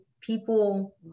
people